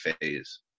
phase